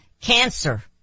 Cancer